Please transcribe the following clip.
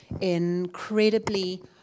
incredibly